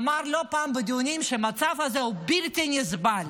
אמר לא פעם בדיונים שהמצב הזה הוא בלתי נסבל.